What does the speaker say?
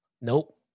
Nope